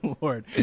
lord